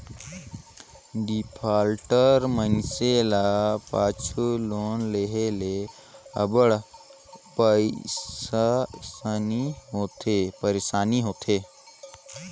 defaulter मइनसे ल पाछू लोन लेहे ले अब्बड़ पइरसानी होथे